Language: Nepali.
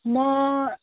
म